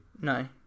No